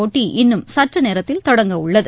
போட்டி இன்னும் சற்றுநேரத்தில் தொடங்க உள்ளது